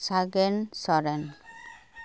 Sagen Soren